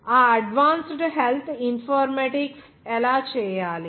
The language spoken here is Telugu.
ఆ అడ్వాన్సుడ్ హెల్త్ ఇన్ఫర్మాటిక్స్ ఎలా చేయాలి